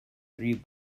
three